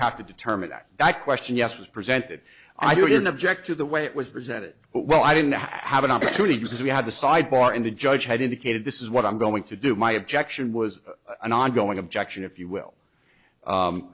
to determine that that question yes was presented i didn't object to the way it was presented but well i didn't have an opportunity because we had the side bar and the judge had indicated this is what i'm going to do my objection was an ongoing objection if you will